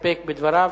להסתפק בדבריו.